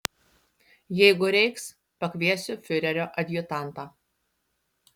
jeigu reiks pakviesiu fiurerio adjutantą